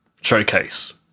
showcase